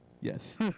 Yes